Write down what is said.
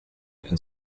and